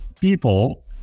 people